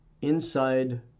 inside